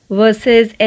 versus